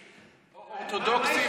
כלומר אורתודוקסים?